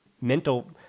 mental